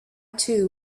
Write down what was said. too